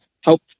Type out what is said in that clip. help